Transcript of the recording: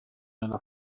nella